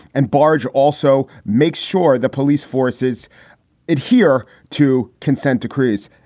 and baj also make sure the police forces adhere to consent decrees.